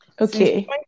Okay